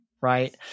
Right